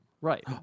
Right